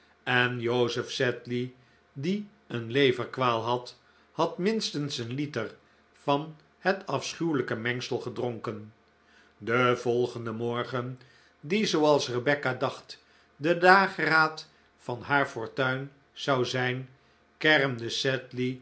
en joseph sedley die een leverkwaal had had minstens een liter van het afschuwelijke mengsel gedronken den volgenden morgen die zooals rebecca dacht de dageraad van haar fortuin zou zijn kermde